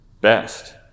best